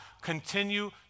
continue